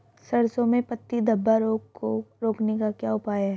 सरसों में पत्ती धब्बा रोग को रोकने का क्या उपाय है?